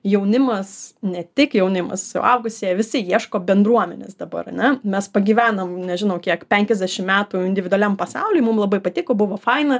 jaunimas ne tik jaunimas suaugusieji visi ieško bendruomenės dabar ane mes pagyvenom nežinau kiek penkiasdešim metų individualiam pasauly mum labai patiko buvo faina